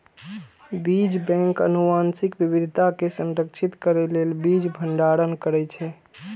बीज बैंक आनुवंशिक विविधता कें संरक्षित करै लेल बीज भंडारण करै छै